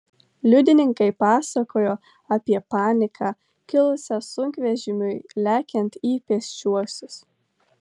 liudininkai pasakojo apie paniką kilusią sunkvežimiui lekiant į pėsčiuosius